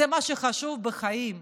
זה מה שחשוב בחיים.